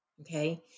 okay